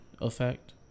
effect